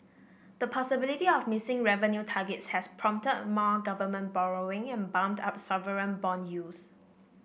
the possibility of missing revenue targets has prompted more government borrowing and bumped up sovereign bond yields